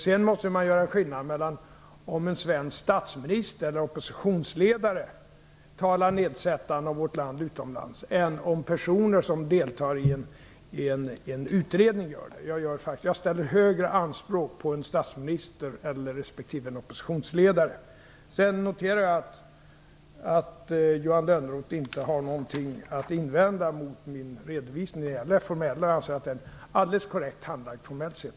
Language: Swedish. Man måste göra skillnad mellan om det är en svensk statsminister eller oppositionsledare som talar nedsättande om vårt land utomlands och om det är personer som deltar i en utredning som gör det. Jag ställer högre anspråk på en statsminister respektive en oppositionsledare. Jag noterar att Johan Lönnroth inte har någonting att invända mot min redovisning när det gäller det formella, utan anser att detta ärende är helt korrekt handlagt formellt sett.